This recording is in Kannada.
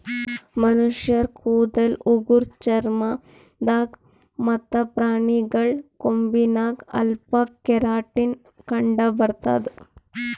ಮನಶ್ಶರ್ ಕೂದಲ್ ಉಗುರ್ ಚರ್ಮ ದಾಗ್ ಮತ್ತ್ ಪ್ರಾಣಿಗಳ್ ಕೊಂಬಿನಾಗ್ ಅಲ್ಫಾ ಕೆರಾಟಿನ್ ಕಂಡಬರ್ತದ್